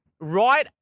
right